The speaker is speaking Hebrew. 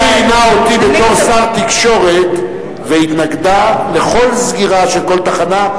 היא ראיינה אותי בתור שר התקשורת והתנגדה לכל סגירה של כל תחנה,